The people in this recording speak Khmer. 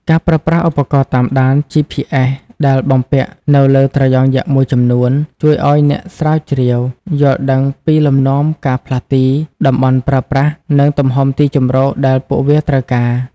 ការប្រើប្រាស់ឧបករណ៍តាមដាន GPS ដែលបំពាក់នៅលើត្រយងយក្សមួយចំនួន ជួយឲ្យអ្នកស្រាវជ្រាវយល់ដឹងពីលំនាំការផ្លាស់ទី តំបន់ប្រើប្រាស់ និងទំហំទីជម្រកដែលពួកវាត្រូវការ។